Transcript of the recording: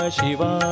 Shiva